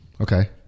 okay